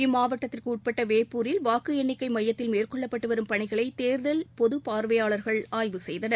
இம்மாவட்டத்திற்கு உட்பட்ட வேப்பூரில் வாக்கு எண்ணிக்கை மையத்தில் மேற்கொள்ளப்பட்டு வரும் பணிகளை தேர்தல் பொதுப் பார்வையாளர்கள் ஆய்வு செய்தனர்